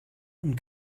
und